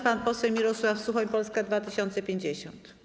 Pan poseł Mirosław Suchoń, Polska 2050.